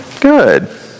Good